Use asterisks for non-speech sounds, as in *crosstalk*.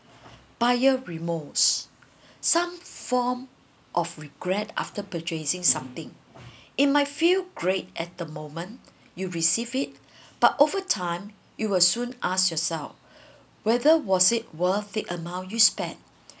buyer's remorse some form of regret after purchasing something it might feel great at the moment you receive it *breath* but over time you will soon ask yourself *breath* whether was it worth the amount you spend